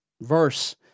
verse